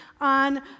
on